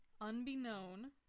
Unbeknown